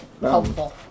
Helpful